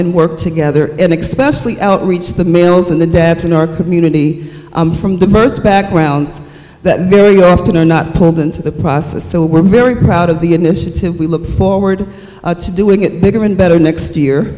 and work together and expects to reach the males and the deaths in our community from diverse backgrounds that very often are not pulled into the process so we're very proud of the initiative we look forward to doing it bigger and better next year